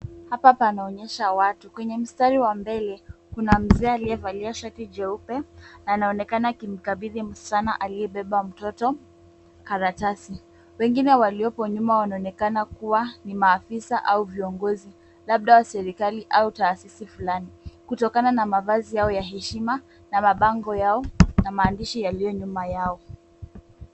Hapa panaonyesha watu, kwenye mstari wa mbele kuna mzee aliyevalia shati jeupe na anaonekana akimkabidhi msichana aliyebeba mtoto karatasi. Wengine waliopo nyuma wanaonekana kuwa ni maafisa au viongozi labada wa serikali au taasisi fulani kutokana na mavazi yao ya heshima na mabango yao na maandishi yaliyo nyuma yao.